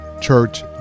church